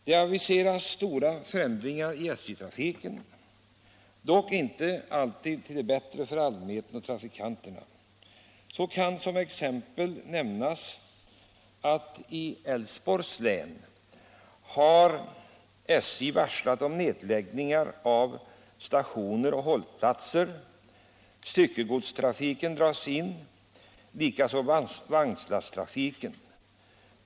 Det aviseras stora förändringar i SJ-trafiken — dock inte alltid till det bättre för allmänheten — trafikanterna. Som exempel kan nämnas att i Älvsborgs län har SJ varslat om nedläggningar av stationer och hållplatser. Styckegodstrafiken dras in, likaså vagnslasttrafiken.